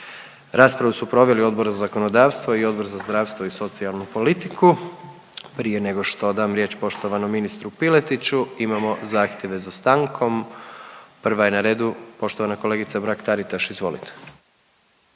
raspravu su proveli Odbor za zakonodavstvo i Odbor za zdravstvo i socijalnu politiku. Prije nego što dam riječ poštovanom ministru Piletiću imamo zahtjeve za stankom, prva je na redu poštovana kolegica Mrak Taritaš. Izvolite.